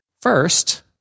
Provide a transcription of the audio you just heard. first